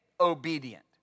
obedient